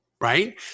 Right